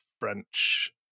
French